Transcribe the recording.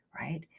right